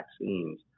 vaccines